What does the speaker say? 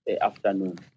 afternoon